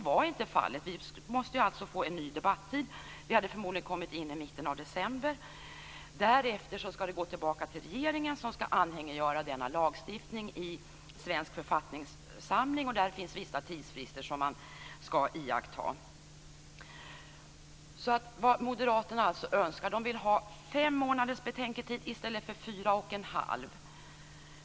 Vi måste få en ny debattid. Det hade förmodligen blivit mitten av december. Därefter ska ärendet tillbaka till regeringen, som ska anhängiggöra lagstiftningen i svensk författningssamling. Där finns vissa tidsfrister som ska iakttas. Moderaterna önskar fem månaders betänkandetid i stället för fyra och en halv.